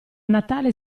natale